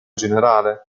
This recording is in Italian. generale